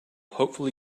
hopefully